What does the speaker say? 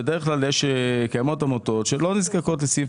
בדרך כלל קיימות עמותות שלא נזקקות לסעיף